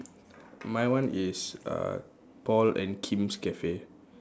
my one is uh Paul and Kim's cafe